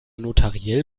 notariell